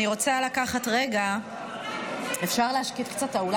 אני רוצה לקחת רגע, אפשר להשקיט קצת את האולם?